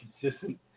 consistent